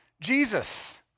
Jesus